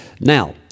Now